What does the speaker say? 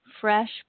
fresh